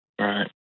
Right